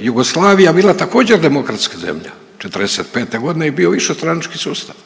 Jugoslavija bila također demokratska zemlja. '45 godine je bio višestranački sustav.